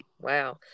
Wow